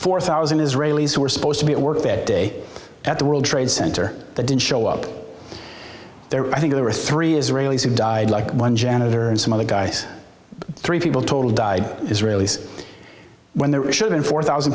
four thousand israelis who were supposed to be at work that day at the world trade center that didn't show up there i think there were three israelis who died like one janitor and some other guys three people total died israelis when they were shooting four thousand